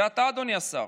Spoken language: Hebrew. זה אתה, אדוני השר.